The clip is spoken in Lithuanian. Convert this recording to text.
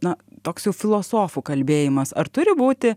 na toks jau filosofų kalbėjimas ar turi būti